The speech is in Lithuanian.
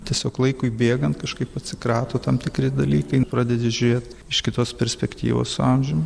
tiesiog laikui bėgant kažkaip atsikrato tam tikri dalykai pradedi žiūrėt iš kitos perspektyvos su amžium